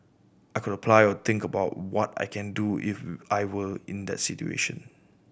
I could apply or think about what I can do if I were in that situation